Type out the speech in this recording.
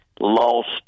Lost